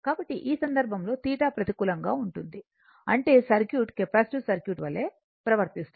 కాబట్టి ఈ సందర్భంలో θ ప్రతికూలంగా ఉంటుంది అంటే సర్క్యూట్ కెపాసిటివ్ సర్క్యూట్ వలే ప్రవర్తిస్తుంది